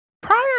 prior